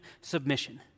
submission